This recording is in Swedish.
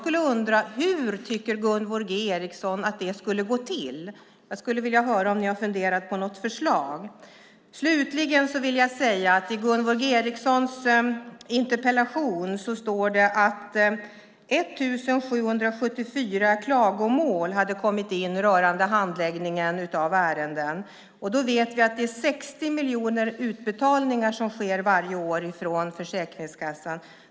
Jag undrar dock hur Gunvor G Ericson tycker att det ska gå till. Jag skulle vilja höra om de funderat på något förslag. Slutligen vill jag nämna att i Gunvor G Ericsons interpellation sägs att 1 774 klagomål rörande handläggningen av ärenden kommit in. Samtidigt vet vi att det varje år sker 60 miljoner utbetalningar från Försäkringskassan.